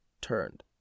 turned